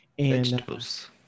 Vegetables